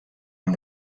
amb